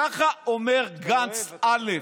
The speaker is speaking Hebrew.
ככה אומר גנץ א'